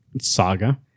saga